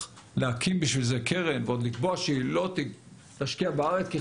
להקים בשביל זה קרן ועוד לקבוע שהיא לא תשקיע בארץ כי,